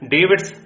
David's